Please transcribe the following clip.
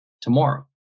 tomorrow